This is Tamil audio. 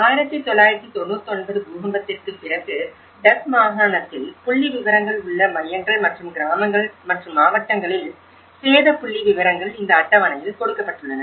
1999 பூகம்பத்திற்குப் பிறகு டஸ் மாகாணத்தில் புள்ளிவிவரங்கள் உள்ள மையங்கள் மற்றும் கிராமங்கள் மற்றும் மாவட்டங்களில் சேத புள்ளிவிவரங்கள் இந்த அட்டவணையில் கொடுக்கப்பட்டுள்ளன